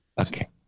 Okay